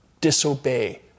disobey